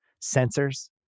sensors